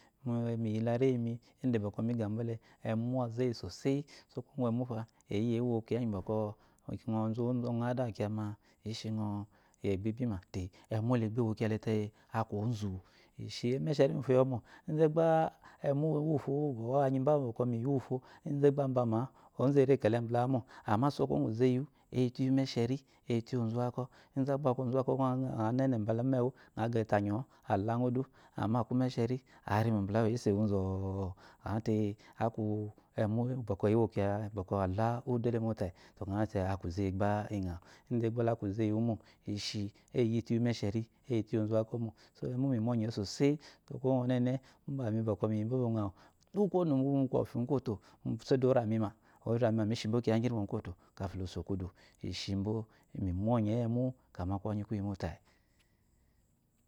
Miyi lareyi yede bɔkɔ migaba le emu aze eyisoseyi sɔkuwo nga emu paiyiya ewo kiya ngi bɔkɔ oshi oɔ ngi uoɔ ada wu kiya ma ishiøɔ eggboibime emu ele gba wo kiyagyeletele aku. ozuumesheri uwuufo gbayiyɔmɔ ide gde gba emu uwufo uwubs uwu anyiba bɔ mi yifo inde gba ammbama-a ozu erekele mbalawu mo ama sɔkuwo ngu izeyiwu eyitu iyi umesheri eyitu iyi ozumaks ide gba aku ozuwako gba øa ŋɛne̱ mba umewu oagele anyu alaga udu ama aku umesheri arima mbala wu ayese wu ɔhɔ kyamataemu uwu bɔkɔ ewo kiya bo'kɔ ala udu le mo tayi øazɔte aku izeyi gba idawu indegba lbalaku izeyi wu mo iyitu iyi ozumakɔ mo eyitu eyi ozumakɔ mo eyitu eyi ozumak mo so emu mimyenye wu soseyi soku wo nga ɔneneumbami bɔkɔ miyi bɔkɔ oyawu kwo kwɔfi mukote sai de orami mi ma oramima mishi ibo kiya ngiri mo mukwoto kafi loso kudu ishibo mimyonye iyi emu kama kwonyi kuyi mo tayi